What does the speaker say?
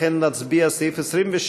לכן נצביע על סעיף 26,